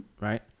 right